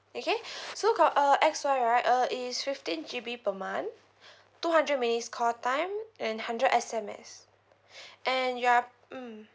okay so got uh X Y right uh is fifteen G_B per month two hundred minutes call time and hundred S_M_S and you're mm